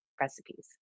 recipes